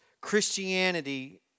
Christianity